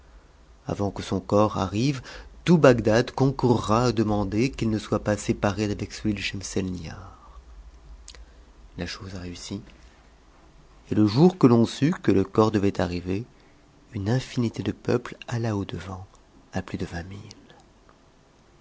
t que son corps arrive tout bagdad concourra a demander qu'i ne soi p séparé d'avec celui de schenisc nihar la chose réussit et te jour qm on sut que le corps devait arriver une infinité de peuple a a au-devant a plus de